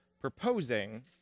proposing